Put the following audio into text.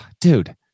Dude